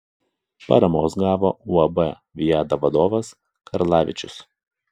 paramos gavo uab viada vadovas karlavičius